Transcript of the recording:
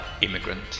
immigrant